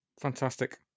fantastic